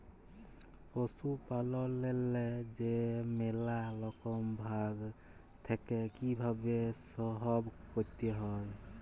পশুপাললেল্লে যে ম্যালা রকম ভাগ থ্যাকে কিভাবে সহব ক্যরতে হয়